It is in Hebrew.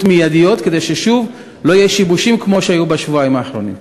מיידיות כדי ששוב לא יהיו שיבושים כמו שהיו בשבועיים האחרונים?